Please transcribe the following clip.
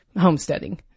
homesteading